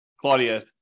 Claudia